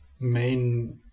main